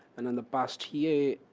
and in the past year,